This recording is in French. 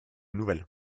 nouvelles